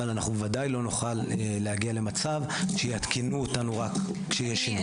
אבל אנחנו וודאי לא נוכל להגיע למצב שיעדכנו אותנו רק כשיש שינוי.